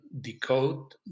decode